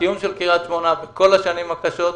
הקיום של קריית שמונה במשך כל השנים הקשות,